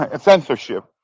censorship